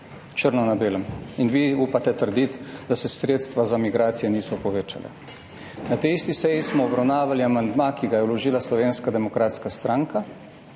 črno na belem in vi upate trditi, da se sredstva za migracije niso povečala. Na tej isti seji smo obravnavali amandma, ki ga je vložila Slovenska demokratska stranka,